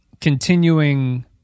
continuing